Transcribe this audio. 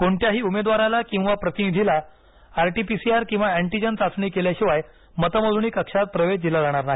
कोणत्याही उमेदवाराला किंवा प्रतिनिधीला R T P C R किंवा अंटीजेन चाचणी केल्याशिवाय मतमोजणी कक्षात प्रवेश दिला जाणार नाही